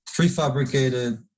prefabricated